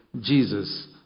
Jesus